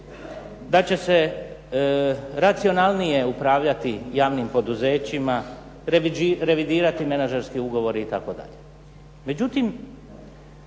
da će se racionalnije upravljati javnim poduzećima, revidirati menadžerske ugovore itd.